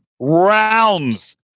rounds